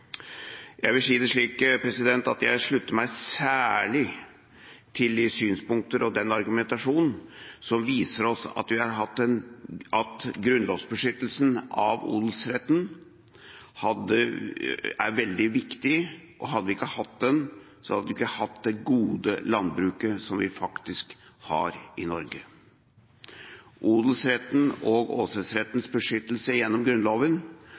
Jeg slutter meg særlig til de synspunkter og den argumentasjon som viser at grunnlovsbeskyttelsen av odelsretten er veldig viktig, og hadde vi ikke hatt den, hadde vi ikke hatt det gode landbruket som vi faktisk har i Norge. Odelsrettens og åsetesrettens beskyttelse gjennom Grunnloven